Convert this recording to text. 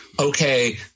okay